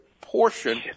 portion